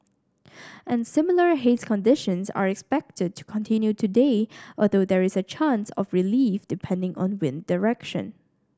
and similar haze conditions are expected to continue today although there is a chance of relief depending on wind direction